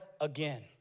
again